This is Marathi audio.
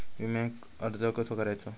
विम्याक अर्ज कसो करायचो?